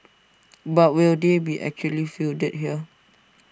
but will they be actually fielded here